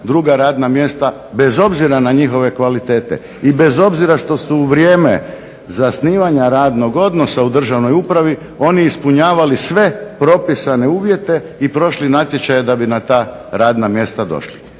druga radna mjesta bez obzira na njihove kvalitete, bez obzira što su u vrijeme zasnivanja radnog odnosa u državnoj upravi oni ispunjavali sve propisane uvjete i prošli natječaje da bi na ta radna mjesta došli.